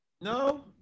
No